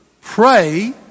pray